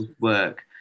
work